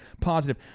positive